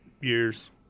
years